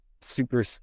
super